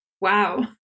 wow